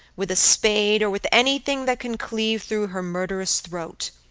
with a spade, or with anything that can cleave through her murderous throat.